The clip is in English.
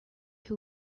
who